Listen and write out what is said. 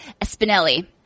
Espinelli